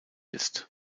ist